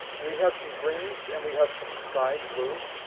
we have some greens and we have some sky blue.